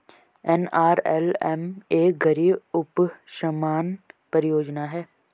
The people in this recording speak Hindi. एन.आर.एल.एम एक गरीबी उपशमन परियोजना है